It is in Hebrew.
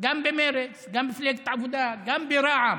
גם במרצ, גם במפלגת העבודה וגם ברע"מ: